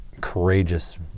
courageous